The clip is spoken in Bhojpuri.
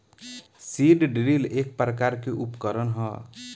सीड ड्रिल एक प्रकार के उकरण ह